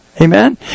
Amen